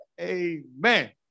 Amen